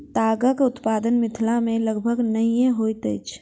तागक उत्पादन मिथिला मे लगभग नहिये होइत अछि